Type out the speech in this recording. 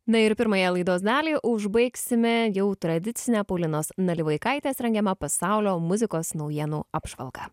na ir pirmąją laidos dalį užbaigsime jau tradicine paulinos nalivaikaitės rengiama pasaulio muzikos naujienų apžvalga